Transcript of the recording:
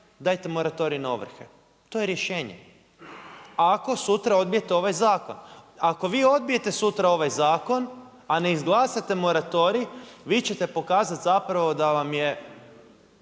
dajte moratorij na ovrhe, to je rješenje. A ako sutra odbijete ovaj zakon, ako vi odbijete sutra ovaj zakon a ne izglasate moratorij vi ćete pokazati zapravo da vam je